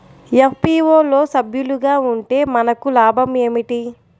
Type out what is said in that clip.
FPO లో సభ్యులుగా ఉంటే మనకు లాభం ఏమిటి?